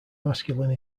masculine